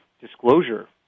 disclosure